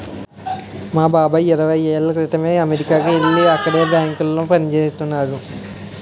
మా బాబాయి ఇరవై ఏళ్ళ క్రితమే అమెరికాకి యెల్లి అక్కడే బ్యాంకులో పనిజేత్తన్నాడు